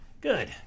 Good